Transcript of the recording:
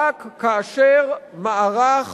רק כאשר מערך